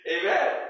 Amen